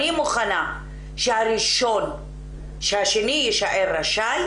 אני מוכנה שהשני יישאר רשאי,